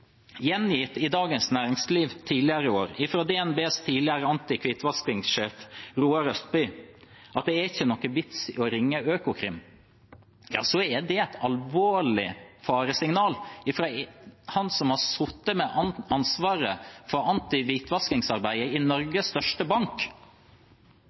gjengitt i Dagens Næringsliv – tidligere i år – fra DNBs tidligere antihvitvaskingssjef, Roar Østby, at det ikke er noen vits i å ringe Økokrim, er det et alvorlig faresignal fra han som har sittet med ansvaret for antihvitvaskingsarbeidet i